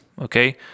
okay